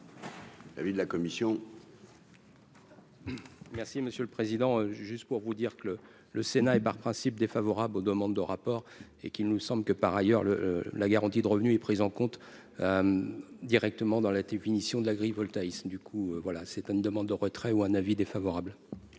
Merci monsieur le président, j'ai juste pour vous dire que le le Sénat et par principe défavorable aux demandes de rapport et qu'il nous semble que par ailleurs le la garantie de revenus est prise en compte directement dans la définition de l'agrivoltaïsme du coup, voilà, c'était une demande de retrait ou un avis défavorable.